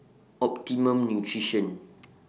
Optimum Nutrition